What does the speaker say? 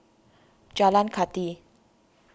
Jalan Kathi